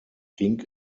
ging